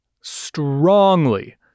strongly